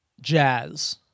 jazz